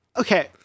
okay